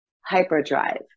hyperdrive